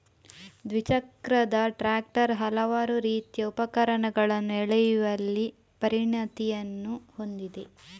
ದ್ವಿಚಕ್ರದ ಟ್ರಾಕ್ಟರ್ ಹಲವಾರು ರೀತಿಯ ಉಪಕರಣಗಳನ್ನು ಎಳೆಯುವಲ್ಲಿ ಪರಿಣತಿಯನ್ನು ಹೊಂದಿದೆ